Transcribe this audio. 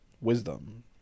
wisdom